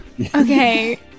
Okay